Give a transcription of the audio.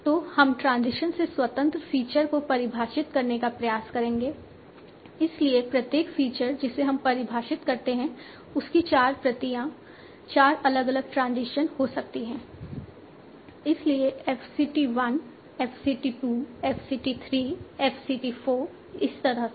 और हम ट्रांजिशन से स्वतंत्र फीचर को परिभाषित करने का प्रयास करेंगे इसलिए प्रत्येक फीचर जिसे हम परिभाषित करते हैं उसकी चार प्रतियां चार अलग अलग ट्रांजिशन हो सकती हैं इसलिए f c t 1 f c t 2 f c t 3 f c t 4 इस तरह से